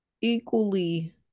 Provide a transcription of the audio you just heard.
equally